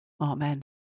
Amen